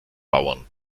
bauern